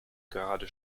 gerade